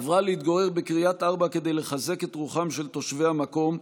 עברה להתגורר בקריית ארבע כדי לחזק את רוחם של תושבי המקום,